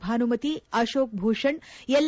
Bhanumati Ashok Bhushan L